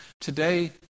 Today